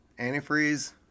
antifreeze